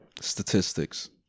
statistics